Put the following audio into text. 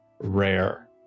rare